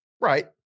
Right